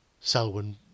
Selwyn